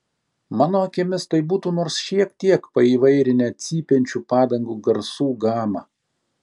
mano akimis tai būtų nors šiek tiek paįvairinę cypiančių padangų garsų gamą